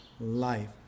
life